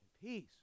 peace